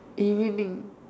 evening